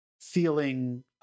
feeling